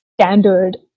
standard